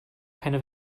keine